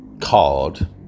card